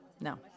No